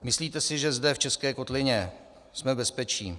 Myslíte si, že zde v České kotlině jsme v bezpečí?